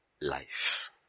life